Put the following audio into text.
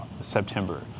september